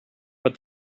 but